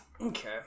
Okay